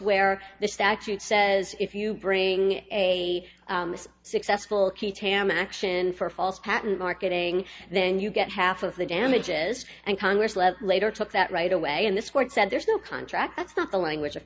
where the statute says if you bring a successful key tam action for false patent marketing then you get half of the damages and congress later took that right away and this court said there is no contract that's not the language of